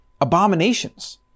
abominations